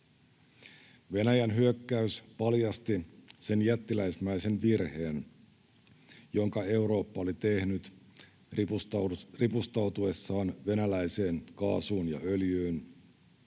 Venäjän hyökkäys paljasti sen jättiläismäisen virheen, jonka Eurooppa oli tehnyt ripustautuessaan venäläiseen kaasuun ja öljyyn,